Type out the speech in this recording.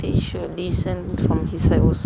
they should listen from his side also